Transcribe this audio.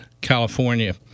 California